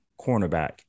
cornerback